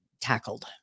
tackled